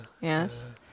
Yes